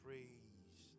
Praise